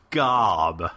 gob